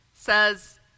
says